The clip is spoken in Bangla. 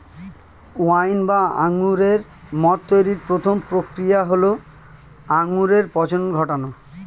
ওয়াইন বা আঙুরের মদ তৈরির প্রথম প্রক্রিয়া হল আঙুরে পচন ঘটানো